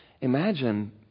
Imagine